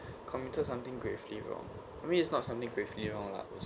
committed something gravely wrong I mean it's not something gravely wrong lah